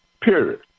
period